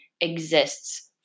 exists